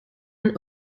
een